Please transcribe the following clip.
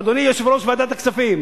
אדוני יושב-ראש ועדת הכספים,